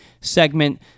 segment